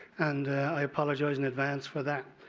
and i apologize in advance for that.